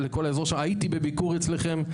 הייתי בביקור אצלכם,